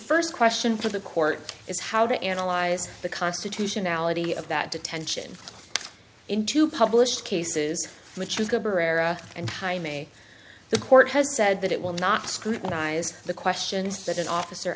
first question for the court is how to analyze the constitutionality of that detention into published cases which go pereira and jaime the court has said that it will not scrutinize the questions that an officer